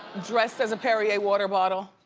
dressed as a perrier water bottle,